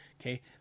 Okay